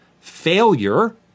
Failure